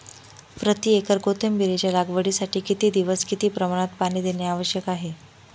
प्रति एकर कोथिंबिरीच्या लागवडीसाठी किती दिवस किती प्रमाणात पाणी देणे आवश्यक आहे?